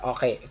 Okay